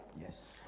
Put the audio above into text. Yes